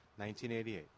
1988